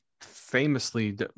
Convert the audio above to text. famously